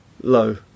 low